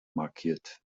markiert